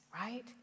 right